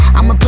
I'ma